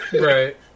Right